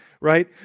Right